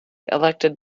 elected